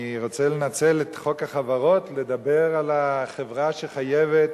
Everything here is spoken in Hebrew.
אני רוצה לנצל את חוק החברות ולדבר על החברה שחייבת